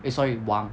eh sorry 王